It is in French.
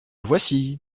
voici